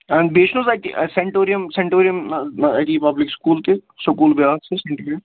بیٚیہِ چھُنہٕ حظ اَتہِ سیٚنٹوریَم سٮ۪نٹوریَم پَبلِک سکوٗل تہِ سکوٗل بیاکھ چھِ سٮ۪نٹوریَم